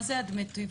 מהם דמי התיווך?